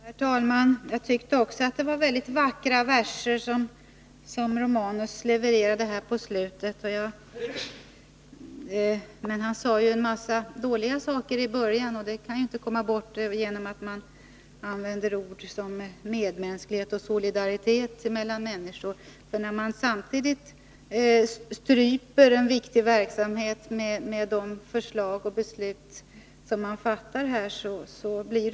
Herr talman! Jag tyckte också att det var väldigt vackra verser som Gabriel Romanus levererade här på slutet. Men han sade ju en mängd dåliga saker i början, och det kan inte tas bort genom att man använder ord som medmänsklighet och solidaritet mellan människor, samtidigt som man stryper en viktig verksamhet genom de förslag man lägger fram och de beslut man fattar.